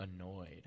annoyed